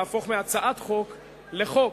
להפוך מהצעת חוק לחוק.